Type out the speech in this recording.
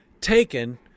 taken